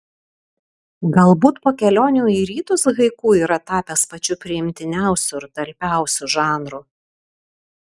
galbūt po kelionių į rytus haiku yra tapęs pačiu priimtiniausiu ir talpiausiu žanru